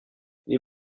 les